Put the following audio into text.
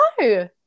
No